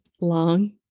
long